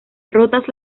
rotas